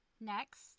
Next